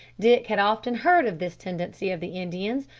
dick had often heard of this tendency of the indians,